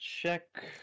check